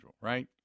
right